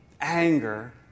anger